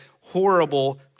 horrible